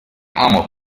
amok